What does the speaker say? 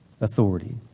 authority